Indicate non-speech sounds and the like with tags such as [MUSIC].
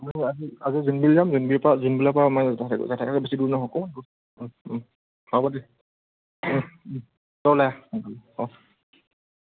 আজি জোনবিল যাম জোনবিলৰ পা জোনবিলৰ পৰা [UNINTELLIGIBLE] বেছি দূৰ নহয় অকণমান দূৰ অ' অ' হ'ব দে তই ওলাই আহ সোনকালে অ'